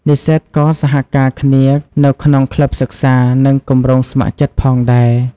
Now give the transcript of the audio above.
និស្សិតក៏សហការគ្នានៅក្នុងក្លឹបសិក្សា និងគម្រោងស្ម័គ្រចិត្តផងដែរ។